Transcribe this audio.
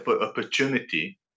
opportunity